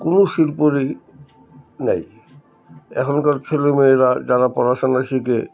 কোনো শিল্পরই নেই এখনকার ছেলেমেয়েরা যারা পড়াশোনা শিখে